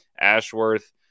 Ashworth